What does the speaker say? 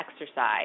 exercise